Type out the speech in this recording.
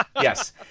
yes